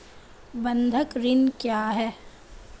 बंधक ऋण क्या है?